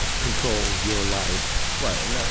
control your life. right. and,